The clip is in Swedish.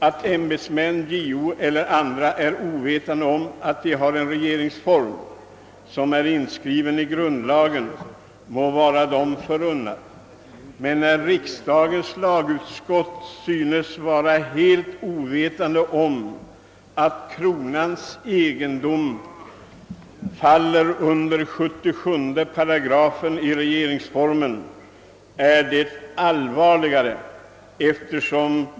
Att JO och andra ämbetsmän är ovetande om att vi har en regeringsform, som är en grundlag, må vara en sak, men att ett riksdagens lagutskott synes vara helt ovetande om bestämmelserna i regeringsformen §8 77 om kronans egendom är allvarligare.